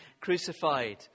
crucified